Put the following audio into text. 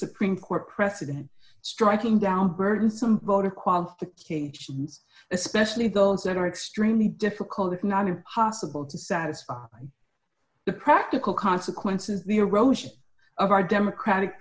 supreme court precedent striking down burdensome border qualifications especially those that are extremely difficult if not impossible to satisfy the practical consequences the erosion of our democratic